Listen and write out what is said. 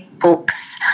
books